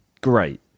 great